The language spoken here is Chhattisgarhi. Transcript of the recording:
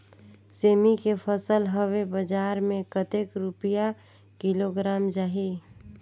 सेमी के फसल हवे बजार मे कतेक रुपिया किलोग्राम जाही?